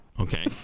Okay